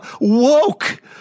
woke